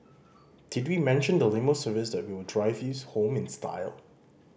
did we mention the limo service that will drive you home in style